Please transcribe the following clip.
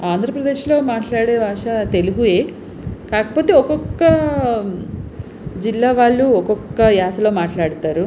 ఆంధ్రప్రదేశ్లో మాట్లాడే భాష తెలుగుయే కాకపోతే ఒక్కొక్క జిల్లా వాళ్ళు ఒక్కొక్క యాసలో మాట్లాడతారు